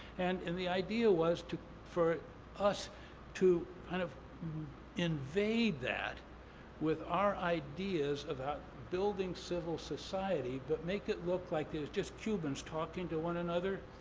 and and the idea was for us to kind of invade that with our ideas about building civil society but make it look like there's just cubans talking to one another.